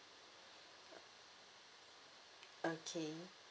okay